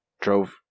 drove